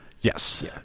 Yes